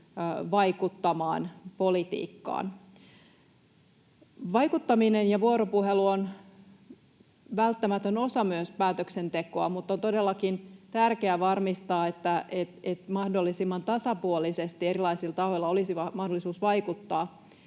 vaikuttamaan politiikkaan. Vaikuttaminen ja vuoropuhelu ovat välttämätön osa myös päätöksentekoa, mutta on todellakin tärkeää varmistaa, että mahdollisimman tasapuolisesti erilaisilla tahoilla olisi mahdollisuus vaikuttaa